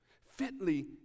Fitly